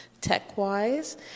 tech-wise